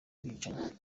bwicanyi